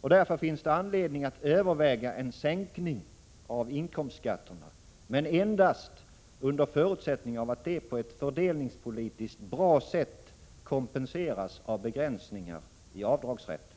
Därför finns det anledning att överväga en sänkning av inkomstskatterna, men endast under förutsättning att detta på ett fördelningspolitiskt bra sätt kompenseras av begränsningar i avdragsrätten.